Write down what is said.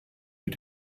mit